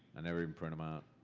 i never even print them out.